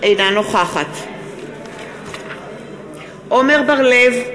אינה נוכחת עמר בר-לב,